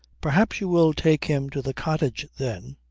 perhaps you will take him to the cottage then.